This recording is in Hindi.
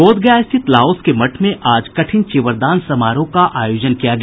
बोधगया स्थित लाओस के मठ में आज कठिन चीवरदान समारोह का आयोजन किया गया